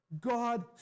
God